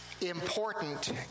important